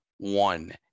One